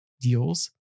deals